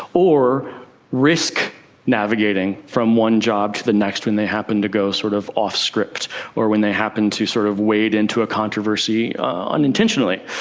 or risk navigating from one job to the next when they happen to go sort of off-script or when they happen to sort of wade into a controversy unintentionally.